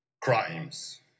crimes